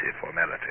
formality